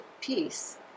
peace